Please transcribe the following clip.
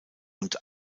und